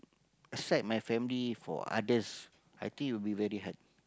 aside my family for others I think it will be very hard